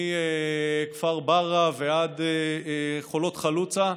מכפר ברא ועד חולות חלוצה,